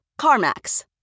CarMax